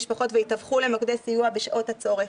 המשפחות ויתווכו למוקדי סיוע בשעות הצורך,